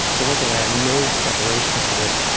for one thing, i have no preparation for this.